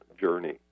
journey